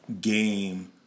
game –